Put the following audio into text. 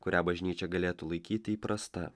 kurią bažnyčia galėtų laikyti įprasta